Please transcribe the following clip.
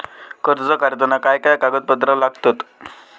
कर्ज काढताना काय काय कागदपत्रा लागतत?